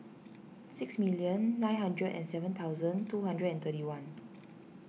six million nine hundred and seven thousand two hundred and thirty one